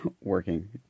working